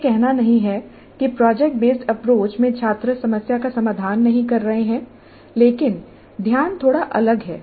यह कहना नहीं है कि प्रोजेक्ट बेस्ड अप्रोच में छात्र समस्या का समाधान नहीं कर रहे हैं लेकिन ध्यान थोड़ा अलग है